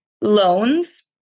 loans